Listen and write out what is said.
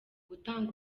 gutanga